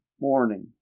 morning